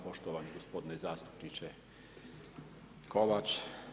Poštovani gospodine zastupniče Kovač.